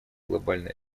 глобальное